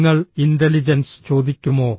നിങ്ങൾ ഇന്റലിജൻസ് ചോദിക്കുമോ